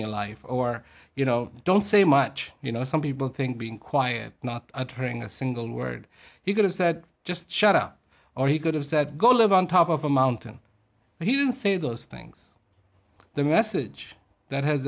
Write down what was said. your life or you know don't say much you know some people think being quiet not uttering a single word he could have said just shut up or he could have said go live on top of a mountain but he didn't say those things the message that has